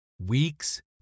weeks